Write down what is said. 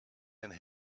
and